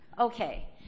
Okay